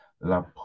La